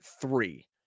three